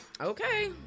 Okay